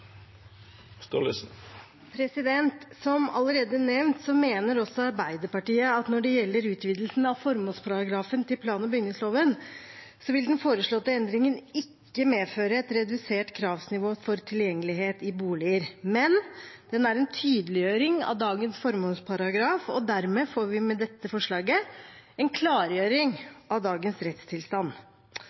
Som allerede nevnt, mener også Arbeiderpartiet at når det gjelder utvidelsen av formålsparagrafen til plan- og bygningsloven, vil den foreslåtte endringen ikke medføre et redusert kravsnivå for tilgjengelighet i boliger, men være en tydeliggjøring av dagens formålsparagraf. Dermed får vi med dette forslaget en klargjøring av dagens rettstilstand.